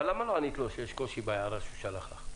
אבל למה לא ענית לו שיש קושי בהערה שהוא שלח לך?